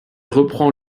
reprend